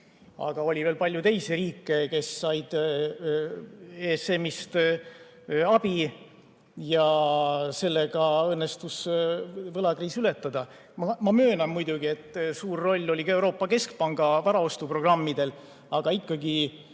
Aga oli veel palju teisi riike, kes said ESM‑ist abi, ja sellega õnnestus võlakriis ületada. Ma möönan muidugi, et suur roll oli ka Euroopa Keskpanga varaostuprogrammidel. Aga ikkagi,